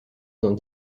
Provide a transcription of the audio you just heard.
dans